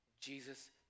Jesus